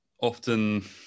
often